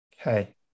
okay